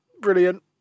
Brilliant